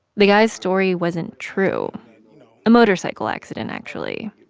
the guy's story wasn't true a motorcycle accident, actually.